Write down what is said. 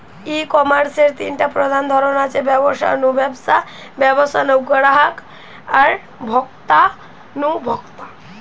ই কমার্সের তিনটা প্রধান ধরন আছে, ব্যবসা নু ব্যবসা, ব্যবসা নু গ্রাহক আর ভোক্তা নু ভোক্তা